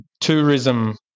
tourism